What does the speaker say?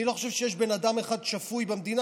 אני לא חושב שיש בן אדם אחד שפוי במדינה